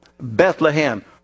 Bethlehem